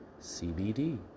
CBD